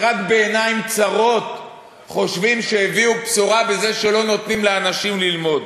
רק בעיניים צרות חושבים שהביאו בשורה בזה שלא נותנים לאנשים ללמוד,